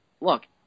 look